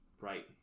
Right